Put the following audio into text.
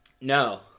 No